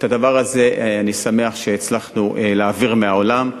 את הדבר הזה אני שמח שהצלחנו להעביר מהעולם,